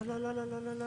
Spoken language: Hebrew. לא, לא, לא.